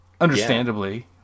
Understandably